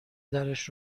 درش